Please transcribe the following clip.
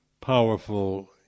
powerful